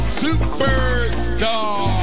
superstar